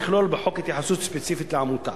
לכלול בחוק התייחסות ספציפית לעמותה.